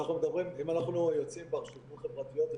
אם אנחנו יוצאים ברשתות החברתיות,